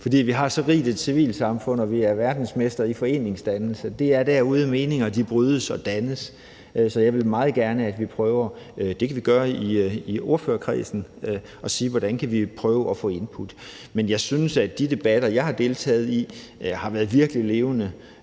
For vi har så rigt et civilsamfund, og vi er verdensmestre i foreningsdannelse – det er derude, hvor meninger brydes og dannes. Så jeg vil meget gerne, at vi ser på – det kan vi gøre i ordførerkredsen – hvordan vi kan prøve at få input. Men jeg synes, at de debatter, jeg har deltaget i, har været virkelig levende.